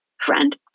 Friend